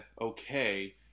okay